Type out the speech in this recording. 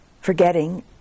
Forgetting